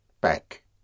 back